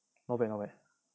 not bad not bad